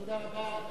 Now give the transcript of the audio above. תודה רבה.